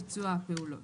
ביצוע הפעולות):